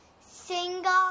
single